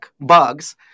bugs